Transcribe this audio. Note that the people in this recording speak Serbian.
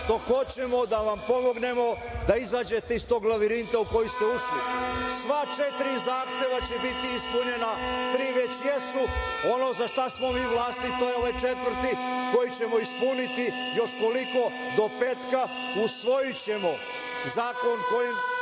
što hoćemo da vam pomognemo da izađete iz tog lavirinta u koji ste ušli. Sva četiri zahteva će biti ispunjena, tri već jesu. Ono za šta smo mi vlasti to je ovaj četvrti koji ćemo ispuni još koliko do petka. Usvojićemo zakon, ono